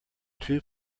two